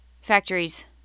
factories